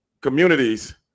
communities